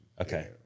okay